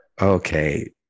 Okay